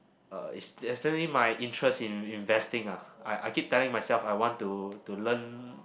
uh it's definitely my interest in investing ah I I keep telling myself I want to to learn